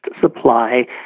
supply